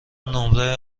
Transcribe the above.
نمره